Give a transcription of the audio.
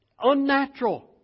unnatural